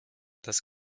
das